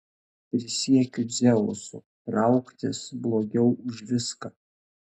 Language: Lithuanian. prisiekiu dzeusu trauktis blogiau už viską